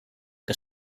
que